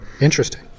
Interesting